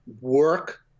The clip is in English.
work